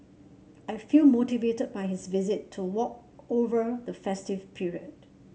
I feel motivated by his visit to work over the festive period